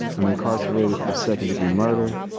i'm incarcerated for second degree murder.